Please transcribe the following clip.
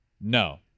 No